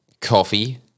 coffee